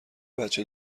بچه